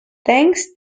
thanks